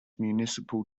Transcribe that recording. municipal